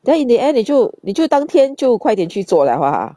then in the end 你就你就当天就快点去做 liao ah